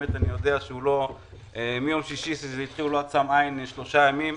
אני יודע שמיום שישי כשזה התחיל הוא לא עצם עין שלושה ימים.